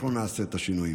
אנחנו נעשה את השינויים.